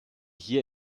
hier